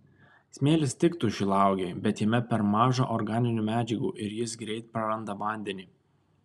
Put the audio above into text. smėlis tiktų šilauogei bet jame per maža organinių medžiagų ir jis greit praranda vandenį